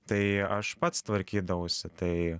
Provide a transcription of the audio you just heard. tai aš pats tvarkydavausi tai